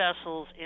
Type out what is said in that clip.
vessels